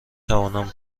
توانم